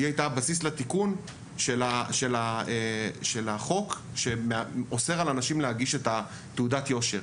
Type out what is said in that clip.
היא הייתה הבסיס לתיקון של החוק שאוסר על אנשים להגיש תעודת יושר.